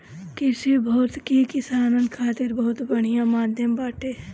कृषि भौतिकी किसानन खातिर बहुत बढ़िया माध्यम बाटे